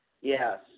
Yes